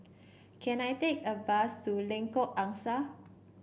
can I take a bus to Lengkok Angsa